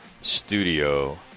studio